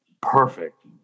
Perfect